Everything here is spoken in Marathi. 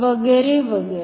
वैगैरे वैगैरे